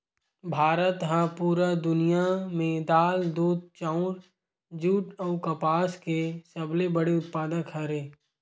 भारत हा पूरा दुनिया में दाल, दूध, चाउर, जुट अउ कपास के सबसे बड़े उत्पादक हरे